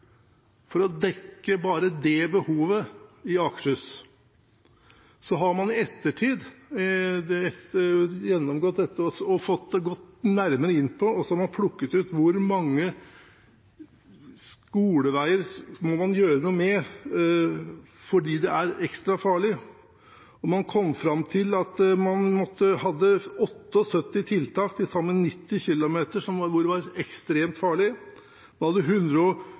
for å dekke bare det behovet i Akershus. I ettertid har man gjennomgått dette nærmere og plukket ut hvor mange skoleveier man må gjøre noe med fordi de er ekstra farlige. Man kom fram til man måtte utføre 78 tiltak over til sammen 90 km, hvor det var ekstremt farlig,